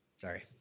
sorry